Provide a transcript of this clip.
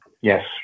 Yes